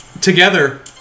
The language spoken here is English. together